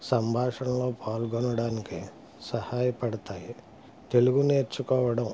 సంభాషణలో పాల్గొనడానికి సహాయపడతాయి తెలుగు నేర్చుకోవడం